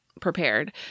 prepared